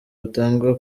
butangwa